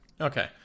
Okay